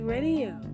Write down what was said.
Radio